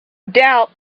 doubt